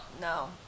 no